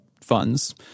funds